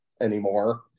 anymore